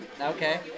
Okay